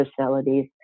facilities